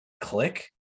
click